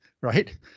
right